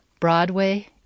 Broadway